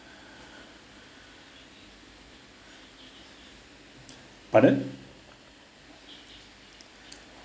pardon